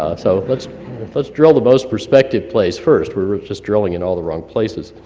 ah so let's let's drill the most prospective place first. we were just drilling in all the wrong places.